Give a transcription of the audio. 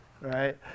right